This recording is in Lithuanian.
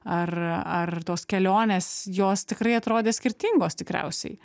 ar ar tos kelionės jos tikrai atrodė skirtingos tikriausiai